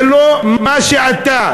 זה לא מה שאתה,